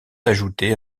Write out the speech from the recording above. ajoutés